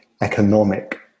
economic